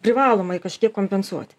privalomai kažkiek kompensuoti